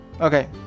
Okay